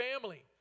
family